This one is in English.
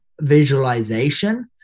visualization